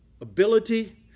ability